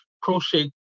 crochet